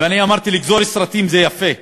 ואני אמרתי: לגזור סרטים זה יפה,